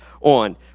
on